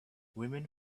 women